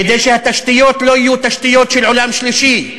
כדי שהתשתיות לא יהיו תשתיות של עולם שלישי.